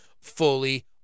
fully